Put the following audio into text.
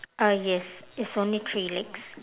uh yes it's only three legs